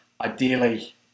ideally